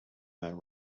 that